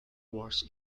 wars